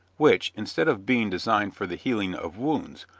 which, instead of being designed for the healing of wounds,